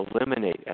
eliminate